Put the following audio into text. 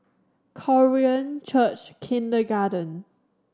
Korean Church Kindergarten